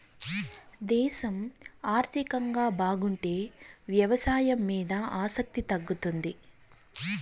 దేశం ఆర్థికంగా బాగుంటే వ్యవసాయం మీద ఆసక్తి తగ్గుతుంది